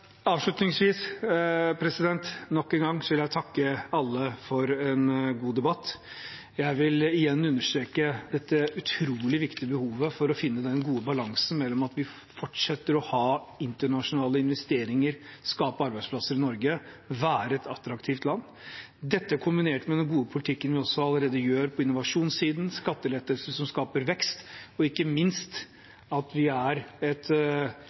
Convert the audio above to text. Avslutningsvis vil jeg nok en gang takke alle for en god debatt. Jeg vil igjen understreke dette utrolig viktige behovet for å finne den gode balansen mellom at vi fortsetter å ha internasjonale investeringer, skape arbeidsplasser i Norge og være et attraktivt land – dette kombinert med den gode politikken vi allerede gjør på innovasjonssiden, med skattelettelser som skaper vekst, og ikke minst at vi er et